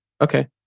Okay